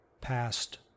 past